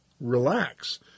Relax